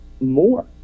more